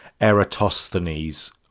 Eratosthenes